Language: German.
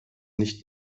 nicht